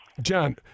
John